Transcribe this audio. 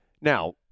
Now